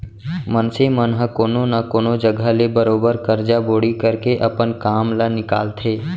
मनसे मन ह कोनो न कोनो जघा ले बरोबर करजा बोड़ी करके अपन काम ल निकालथे